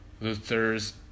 Luther's